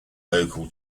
local